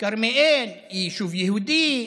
כרמיאל היא יישוב יהודי,